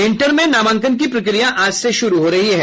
inter में नामांकन की प्रक्रिया आज से शुरू हो रही है